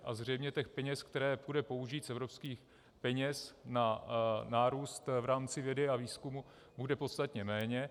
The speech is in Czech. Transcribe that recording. A zřejmě těch peněz, které půjde použít z evropských peněz na nárůst v rámci vědy a výzkumu bude podstatně méně.